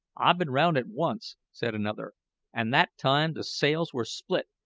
i've been round it once, said another an' that time the sails were split,